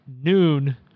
noon